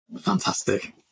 Fantastic